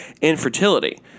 infertility